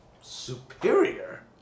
superior